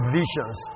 visions